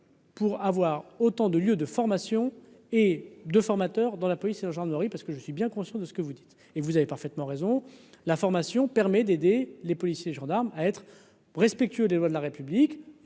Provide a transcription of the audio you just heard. Pour avoir autant de lieux de formation et de formateurs dans la police et en gendarmerie, parce que je suis bien conscient de ce que vous dites et vous avez parfaitement raison, la formation permet d'aider les policiers et gendarmes à être respectueux des lois de la République